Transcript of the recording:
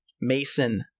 Mason